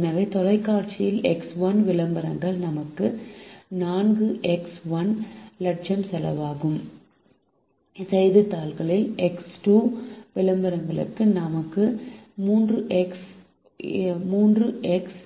எனவே தொலைக்காட்சியில் எக்ஸ் 1 விளம்பரங்கள் நமக்கு 4 எக்ஸ் 1 லட்சம் செலவாகும் செய்தித்தாளில் எக்ஸ் 2 விளம்பரங்கள் நமக்கு 3 எக்ஸ்